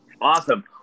Awesome